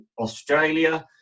Australia